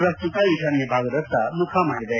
ಪ್ರಸ್ತುತ ಈಶಾನ್ದ ಭಾಗದತ್ತ ಮುಖ ಮಾಡಿದೆ